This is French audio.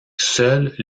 seuls